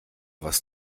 was